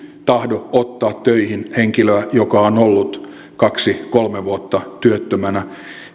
tahdo ottaa töihin henkilöä joka on ollut kaksi kolme vuotta työttömänä